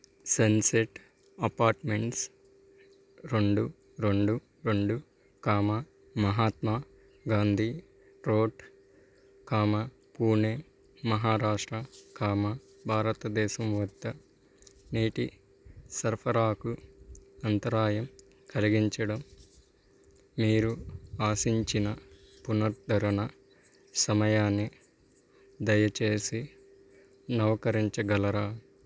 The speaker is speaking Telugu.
సన్సెట్ అపార్ట్మెంట్స్ రెండు రెండు రెండు comma Mahatma Gandhi road comma Pune Maharashtra comma భారతదేశం వద్ద నీటి సరఫరాకు అంతరాయం కలిగించడం మీరు ఆశించిన పునరుద్ధరణ సమయాన్ని దయచేసి నవీకరించగలరా